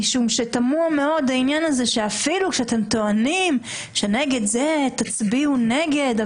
משום שתמוה מאוד העניין הזה שאפילו שאתם טוענים שנגד זה תצביעו נגד,